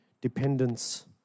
dependence